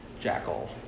Jackal